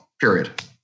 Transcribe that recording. period